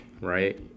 right